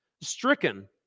stricken